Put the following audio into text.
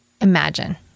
imagine